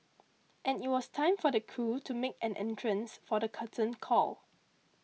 and it was time for the crew to make an entrance for the curtain call